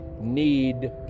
need